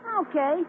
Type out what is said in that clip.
Okay